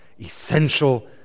essential